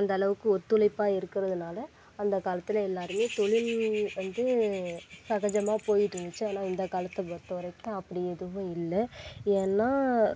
அந்தளவுக்கு ஒத்துழைப்பாக இருக்கிறதுனால அந்தக் காலத்தில் எல்லாருமே தொழில் வந்து சகஜமாக போய்ட்டு இருந்திச்சு ஆனால் இந்தக் காலத்தைப் பொருத்தவரைக்கும் அப்படி எதுவும் இல்லை ஏன்னா